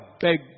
beg